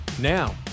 Now